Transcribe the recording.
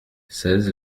seize